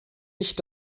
nicht